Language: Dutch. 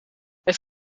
het